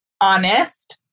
honest